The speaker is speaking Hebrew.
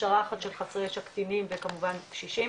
הכשרה אחת של חסרי ישע קטינים וכמובן קשישים